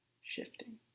shifting